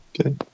Okay